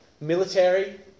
Military